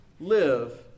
live